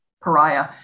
pariah